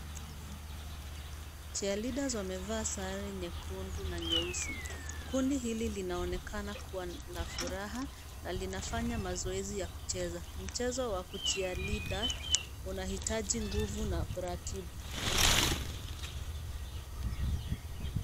Cheerleaders wamevaa sare nyekundu na nyeusi. Kundi hili linaonekana kuwa na furaha na linafanya mazoezi ya kucheza. Mchezo wa kucheerleader unahitaji nguvu na uratibu.